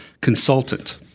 consultant